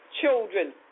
children